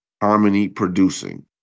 harmony-producing